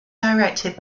directed